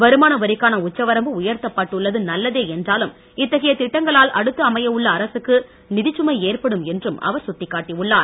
வருமான வரிக்கான உச்சவரம்பு உயர்த்தப்பட்டுள்ளது நல்லதே என்றாலும் இத்தகைய திட்டங்களால் அடுத்த அமையவுள்ள அரசுக்கு நிதிச்சுமை ஏற்படும் என்றும் அவர் சுட்டிக்காட்டி உள்ளார்